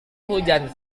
hujan